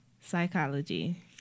Psychology